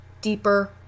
deeper